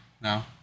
now